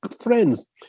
friends